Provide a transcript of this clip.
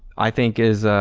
i think is ah,